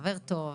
חבר טוב,